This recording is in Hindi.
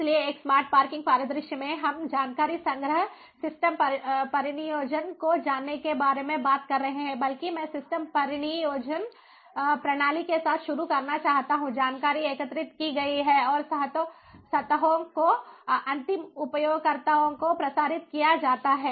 इसलिए एक स्मार्ट पार्किंग परिदृश्य में हम जानकारी संग्रह सिस्टम परिनियोजन को जानने के बारे में बात कर रहे हैं बल्कि मैं सिस्टम परिनियोजन प्रणाली के साथ शुरू करना चाहता हूं जानकारी एकत्रित की गई है और सतहों को अंतिम उपयोगकर्ताओं को प्रसारित किया जाता है